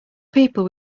people